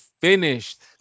finished